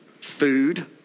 food